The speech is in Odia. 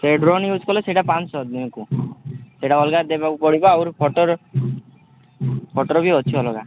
ସେ ଡ୍ରୋନ୍ ୟୁଜ୍ କଲେ ସେଇଟା ପାଞ୍ଚ୍ ଶହ ଦିନକୁ ସେଇଟା ଅଲଗା ଦେବାକୁ ପଡ଼ିବ ଆଉ ଫୋଟୋର ଫୋଟୋର ବି ଅଛି ଅଲଗା